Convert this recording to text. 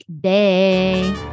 day